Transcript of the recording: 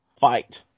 fight